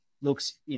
looks